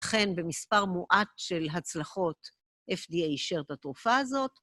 ולכן במספר מועט של הצלחות FDA אישר את התרופה הזאת.